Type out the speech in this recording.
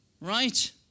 Right